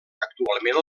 actualment